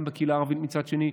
גם בקהילה הערבית מצד אחר.